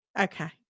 Okay